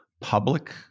public